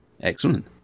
Excellent